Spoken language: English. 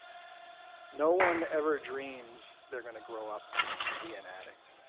no one ever dreams they're going to grow up to be an addict.